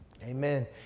Amen